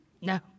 No